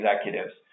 executives